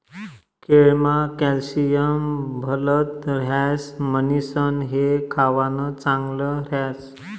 केळमा कॅल्शियम भलत ह्रास म्हणीसण ते खावानं चांगल ह्रास